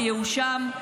בייאושם,